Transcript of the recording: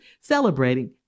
celebrating